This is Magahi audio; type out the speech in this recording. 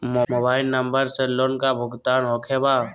मोबाइल नंबर से लोन का भुगतान होखे बा?